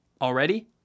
already